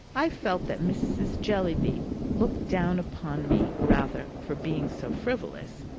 i felt that mrs. jellyby looked down upon me rather for being so frivolous,